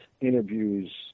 interviews